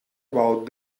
about